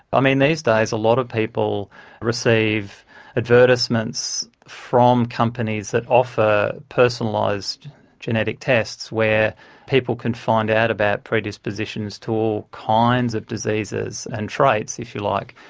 i mean, these days a lot of people receive advertisements from companies that offer personalised genetic tests where people can find out about predispositions to all kinds of diseases and traits, if you like,